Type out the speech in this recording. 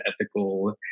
ethical